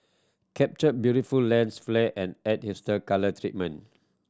capture beautiful lens flare and add hipster colour treatment